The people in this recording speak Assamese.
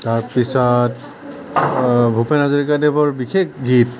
তাৰ পিছত ভূপেন হাজৰিকাদেৱৰ বিশেষ গীত